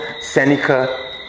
Seneca